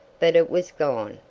but it was gone.